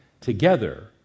together